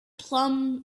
plum